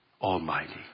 Almighty